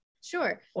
Sure